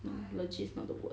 legit is not the word